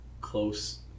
close